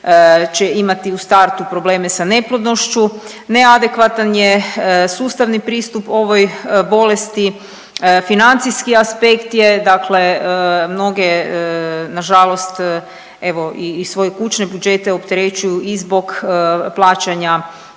će imati u startu probleme sa neplodnošću, neadekvatan je sustavni pristup ovoj bolesti, financijski aspekt je dakle mnoge nažalost evo i svoje kućne budžete opterećuju i zbog plaćanja